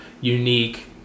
unique